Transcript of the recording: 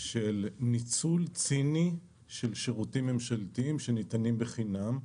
של ניצול ציני על ידי חברות פרטיות של שירותים ממשלתיים שניתנים בחינם.